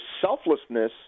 selflessness